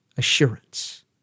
Assurance